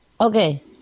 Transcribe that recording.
Okay